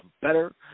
better